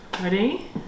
ready